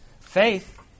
Faith